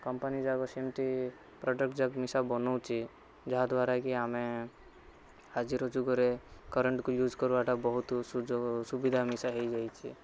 କମ୍ପାନୀଯାକ ସେମିତି ପ୍ରଡ଼କ୍ଟଯାକ ମିଶା ବନାଉଛି ଯାହାଦ୍ଵାରାକି ଆମେ ଆଜିର ଯୁଗରେ କରେଣ୍ଟକୁ ୟୁଜ୍ କରିବାଟା ବହୁତ ସୁଯୋଗ ସୁବିଧା ମିଶା ହେଇଯାଇଛି